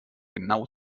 genau